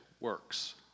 works